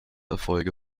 erfolge